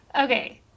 Okay